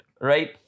right